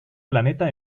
planeta